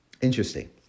Interesting